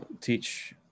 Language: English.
teach